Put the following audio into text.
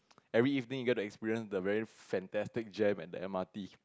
every evening you get to experience the very fantastic jam at the M_R_T